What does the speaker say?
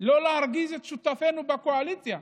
שלא להרגיז את שותפינו בקואליציה.